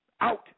Out